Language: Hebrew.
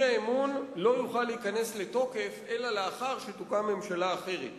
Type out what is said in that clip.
האי-אמון לא יוכל להיכנס לתוקף אלא לאחר שתוקם ממשלה אחרת.